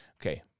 okay